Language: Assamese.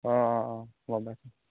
অঁ অঁ অঁ গ'ম পাইছোঁ